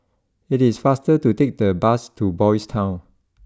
it is faster to take the bus to Boys' Town